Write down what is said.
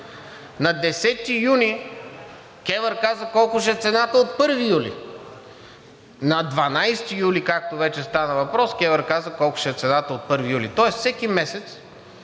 На 10 юни КЕВР каза колко ще е цената от 1 юни. На 12 юли, както вече стана въпрос, КЕВР каза колко ще е цената от 1 юли. Тоест всеки месец